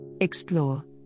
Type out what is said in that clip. Explore